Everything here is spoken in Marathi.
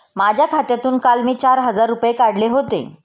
माझ्या खात्यातून काल मी चार हजार रुपये काढले होते